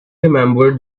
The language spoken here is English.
remembered